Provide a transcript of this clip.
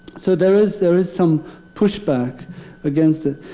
so there is there is some push-back against it.